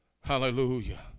Hallelujah